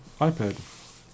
iPad